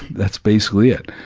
that's basically it.